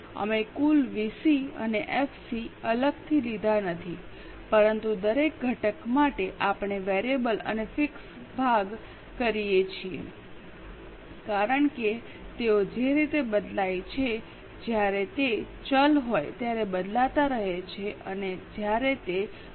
અમે કુલ વીસી અને એફસી અલગથી લીધા નથી પરંતુ દરેક ઘટક માટે આપણે વેરીએબલ અને ફિક્સમાં ભંગ કરીએ છીએ કારણ કે તેઓ જે રીતે બદલાય છે તે જ્યારે તે ચલ હોય ત્યારે બદલાતા રહે છે અને જ્યારે તે સુધારેલ છે